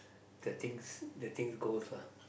the things the things goes lah